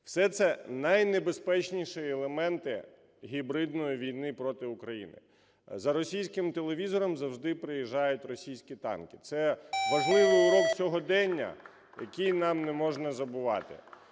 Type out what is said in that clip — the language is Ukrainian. Все це найнебезпечніші елементи гібридної війни проти України. За російським телевізором завжди приїжджають російські танки, це важливий урок сьогодення, який нам не можна забувати.